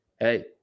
hey